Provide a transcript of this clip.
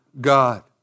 God